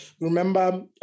remember